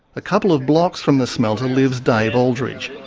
a couple of blocks from the smelter lives dave aldridge,